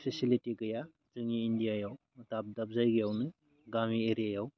facility गैया जोंनि इन्डियायाव दाब दाब जायगायावनो गामि एरियायाव